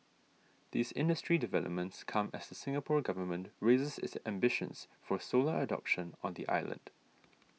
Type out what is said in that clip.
these industry developments come as the Singapore Government raises its ambitions for solar adoption on the island